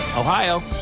Ohio